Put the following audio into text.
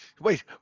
Wait